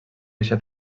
eixa